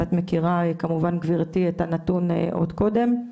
אם את מכירה כמובן גבירתי את הנתון עוד קודם,